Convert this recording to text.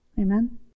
Amen